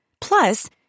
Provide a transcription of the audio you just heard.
Plus